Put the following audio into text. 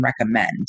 recommend